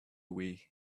wii